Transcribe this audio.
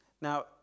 Now